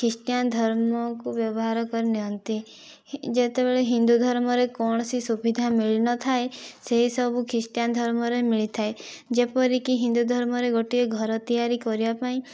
Christian ଧର୍ମକୁ ବ୍ୟବହାର କରିନିଅନ୍ତି ଯେତେବେଳେ ହିନ୍ଦୁ ଧର୍ମରେ କୌଣସି ସୁବିଧା ମିଳିନଥାଏ ସେସବୁ ଖ୍ରୀଷ୍ଟିଆନ ଧର୍ମରେ ମିଳିଥାଏ ଯେପରିକି ହିନ୍ଦୁ ଧର୍ମରେ ଗୋଟିଏ ଘର ତିଆରି କରିବା ପାଇଁ